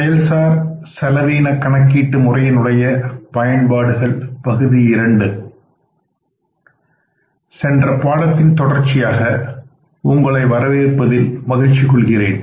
செயல் சார் செலவீன கணக்கீட்டு முறையினுடைய பயன்பாடுகள் பகுதி 2 சென்ற பாடத்தின் தொடர்ச்சியாக உங்களை வரவேற்பதில் மகிழ்ச்சி கொள்கிறேன்